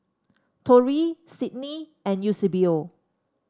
Torey Cydney and Eusebio